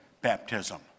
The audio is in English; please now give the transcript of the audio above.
baptism